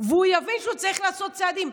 והוא יבין שהוא צריך לעשות צעדים.